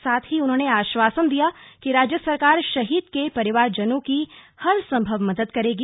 साथ ही उन्होंने आश्वासन दिया कि राज्य सरकार शहीद के परिवारजनों की हर सम्भव मदद करेगी